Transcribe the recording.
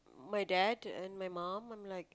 my dad and my mum I'm like